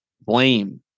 blame